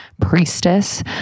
priestess